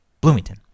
Bloomington